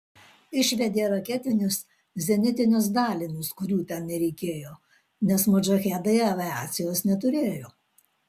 išvedė raketinius zenitinius dalinius kurių ten nereikėjo nes modžahedai aviacijos neturėjo